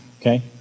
okay